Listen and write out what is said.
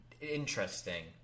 interesting